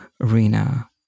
arena